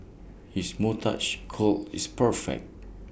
his moustache curl is perfect